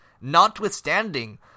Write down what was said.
notwithstanding